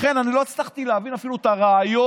לכן לא הצלחתי להבין אפילו את הרעיון,